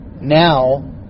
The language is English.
now